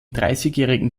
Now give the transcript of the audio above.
dreißigjährigen